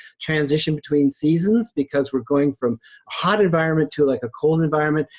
transition between seasons because we're going from hot environment to like a cold environment.